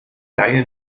leihe